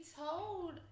told